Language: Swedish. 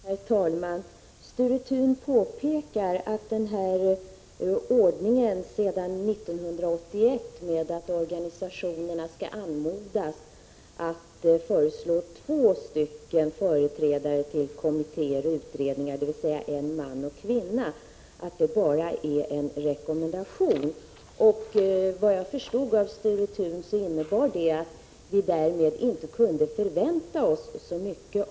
Herr talman! Sture Thun påpekar att den sedan 1981 gällande ordningen att organisationerna skall anmodas att föreslå två företrädare till kommittéer och utredningar, dvs. en man och en kvinna, bara är en rekommendation. Såvitt jag förstod av hans inlägg innebar det att vi därmed inte kunde förvänta oss så mycket.